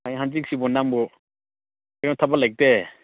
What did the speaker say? ꯍꯌꯦꯡ ꯍꯪꯆꯤꯠꯁꯤꯕꯨ ꯅꯪꯕꯨ ꯀꯩꯅꯣ ꯊꯕꯛ ꯂꯩꯇꯦ